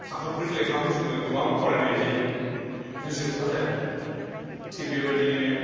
थाखोफोरनि लेखाखौ जोङो गोबां फरायनाय जायो बिदि जोबथा जाया थिग बेबायदिनो